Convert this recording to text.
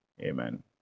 Amen